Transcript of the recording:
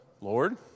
Lord